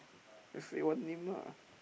just say one name lah